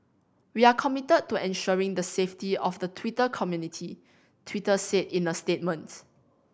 we are committed to ensuring the safety of the Twitter community Twitter said in a statement